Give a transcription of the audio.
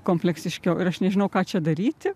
kompleksiškiau ir aš nežinau ką čia daryti